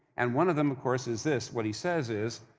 and one of them of course is this, what he says is,